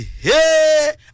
hey